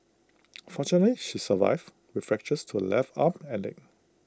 fortunately she survived with fractures to left arm and leg